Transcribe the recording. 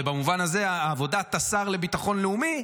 ובמובן הזה על עבודת השר לביטחון לאומי,